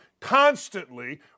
constantly